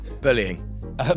Bullying